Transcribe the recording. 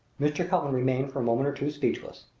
mr. cullen remained for a moment or two speechless.